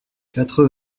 quatre